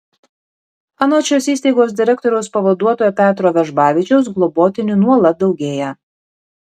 anot šios įstaigos direktoriaus pavaduotojo petro vežbavičiaus globotinių nuolat daugėja